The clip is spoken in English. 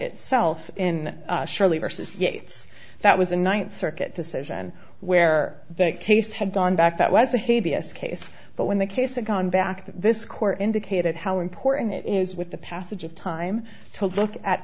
itself in surely versus yates that was a ninth circuit decision where that case had gone back that was a hay vs case but when the case of gone back to this court indicated how important it is with the passage of time to look at